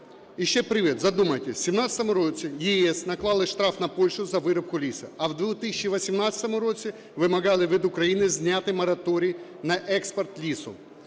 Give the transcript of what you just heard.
І ще привід задуматись. В 17-му році в ЄС наклали штраф на Польщу за вирубку лісу, а в 2018 році вимагали від України зняти мораторій на експорт лісу.